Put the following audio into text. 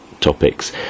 topics